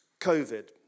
COVID